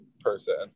person